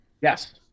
Yes